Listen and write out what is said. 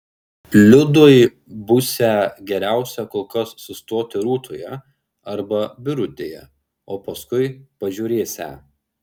liudui būsią geriausia kol kas sustoti rūtoje arba birutėje o paskui pažiūrėsią